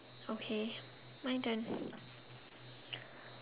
okay my turn